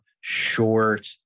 short